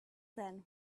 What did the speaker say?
then